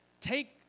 Take